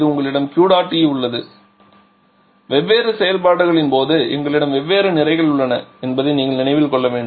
இங்கே உங்களிடம் Q dot E உள்ளது வெவ்வேறு செயல்பாடுகளின் போது எங்களிடம் வெவ்வேறு நிறைகள் உள்ளன என்பதை நீங்கள் நினைவில் கொள்ள வேண்டும்